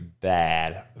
bad